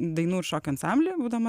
dainų šokių ansamblį būdama